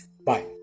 Bye